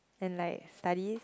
and like studies